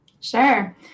Sure